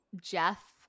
Jeff